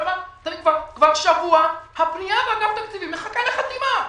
כבר שבוע הפנייה באגף התקציבים מחכה לחתימה,